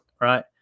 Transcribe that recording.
right